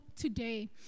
today